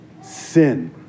sin